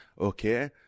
okay